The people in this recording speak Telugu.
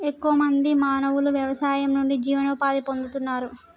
ఎక్కువ మంది మానవులు వ్యవసాయం నుండి జీవనోపాధి పొందుతున్నారు